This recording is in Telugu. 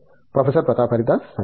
ప్రొఫెసర్ ప్రతాప్ హరిదాస్ సరే